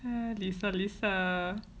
hmm lisa lisa